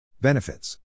Benefits